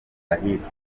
ahitwa